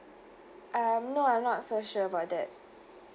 I'm not not so sure about that